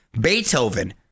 Beethoven